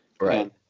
right